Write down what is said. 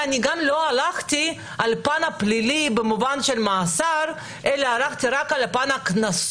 אני גם לא הלכתי על פן הפלילי במובן של מאסר אלא הלכתי רק על הקנסות.